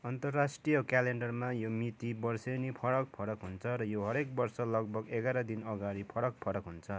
अन्तराष्ट्रिय क्यालेन्डरमा यो मिति बर्सेनी फरक फरक हुन्छ र यो हरेक वर्ष लगभग एघार दिन अगाडि फरक फरक हुन्छ